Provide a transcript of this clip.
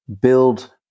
build